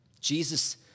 Jesus